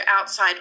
outside